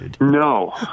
No